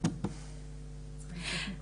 אנחנו מתווכחים עכשיו על הזכות הבסיסית הזו.